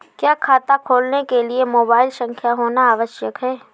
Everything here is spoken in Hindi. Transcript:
क्या खाता खोलने के लिए मोबाइल संख्या होना आवश्यक है?